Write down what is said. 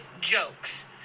jokes